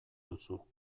duzu